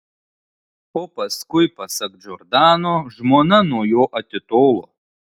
o paskui pasak džordano žmona nuo jo atitolo